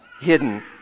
hidden